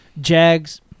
Jags